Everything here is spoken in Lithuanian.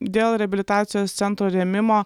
dėl reabilitacijos centro rėmimo